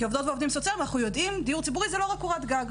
כעובדות ועובדים סוציאליים אנחנו יודעים שדיור ציבורי זה לא רק קורת גג,